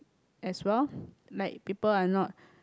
as well like people are not